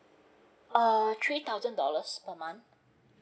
uh three thousand dollars a month